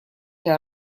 для